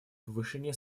повышения